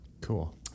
Cool